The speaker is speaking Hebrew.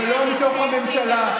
ולא מתוך הממשלה.